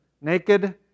naked